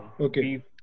Okay